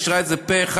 ואישרה את זה פה-אחד,